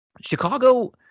Chicago